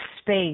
space